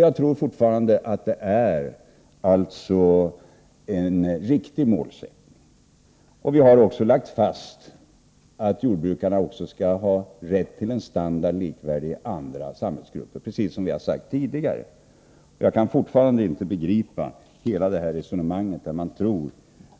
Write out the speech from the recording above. Jag tror fortfarande att det är en riktig målsättning. Vi har också lagt fast att jordbrukarna skall ha rätt till en standard likvärdig med andra samhällsgruppers, precis som vi tidigare gjort. Jag kan fortfarande inte begripa det resonemang som bygger på att man tror